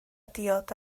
diod